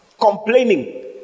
complaining